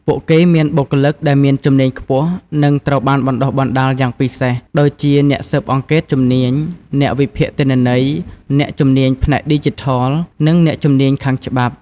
ពួកគេមានបុគ្គលិកដែលមានជំនាញខ្ពស់ និងត្រូវបានបណ្តុះបណ្តាលយ៉ាងពិសេស ដូចជាអ្នកស៊ើបអង្កេតជំនាញ អ្នកវិភាគទិន្នន័យ អ្នកជំនាញផ្នែកឌីជីថល និងអ្នកជំនាញខាងច្បាប់។